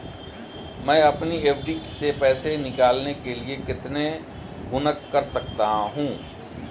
मैं अपनी एफ.डी से पैसे निकालने के लिए कितने गुणक कर सकता हूँ?